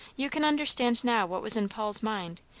you can understand now what was in paul's mind,